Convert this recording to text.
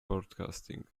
broadcasting